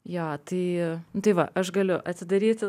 jo tai nu tai va aš galiu atidaryti